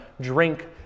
drink